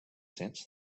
sense